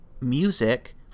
music